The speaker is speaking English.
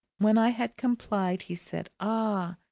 when i had complied, he said, ah!